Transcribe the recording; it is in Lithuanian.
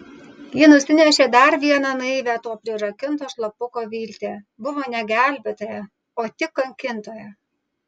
ji nusinešė dar vieną naivią to prirakinto šlapuko viltį buvo ne gelbėtoja o tik kankintoja